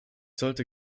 sollte